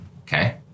Okay